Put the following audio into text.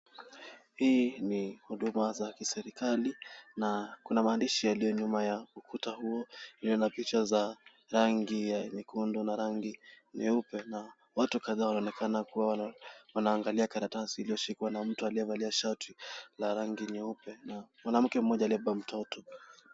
Hii ni huduma za kiserikali ,na kuna maandishi yaliyo nyuma ya ukuta huo iliyo na picha za rangi ya nyekundu na rangi nyeupe , na watu kadhaa wanaonekana kuwa wanaangalia karatasi iliyoshikwa na mtu aliyevalia shati la rangi nyeupe na mwanamke aliyebeba mtoto.